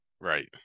right